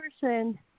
person